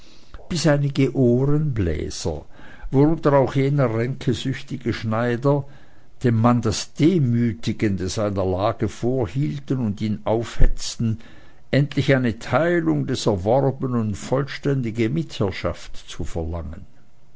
einige ohrenbläser worunter auch jener ränkesüchtige schneider dem manne das demütigende seiner lage vorhielten und ihn aufhetzten endlich eine teilung des erworbenen und vollständige mitherrschaft zu verlangen